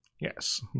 Yes